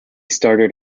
started